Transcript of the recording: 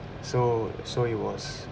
so so it was